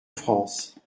france